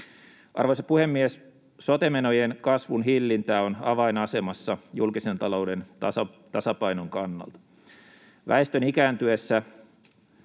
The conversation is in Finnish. Arvoisa puhemies! Sote-menojen kasvun hillintä on avainasemassa julkisen talouden tasapainon kannalta. Väestön ikääntyessä